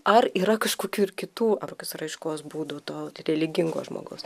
ar yra kažkokių ir kitų ar kokios raiškos būdų to religingo žmogaus